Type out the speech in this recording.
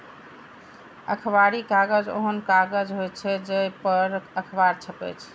अखबारी कागज ओहन कागज होइ छै, जइ पर अखबार छपै छै